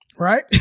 Right